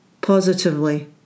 positively